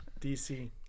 DC